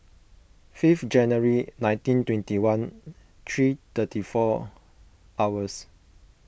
fifth January nineteen twenty one three thirty four hours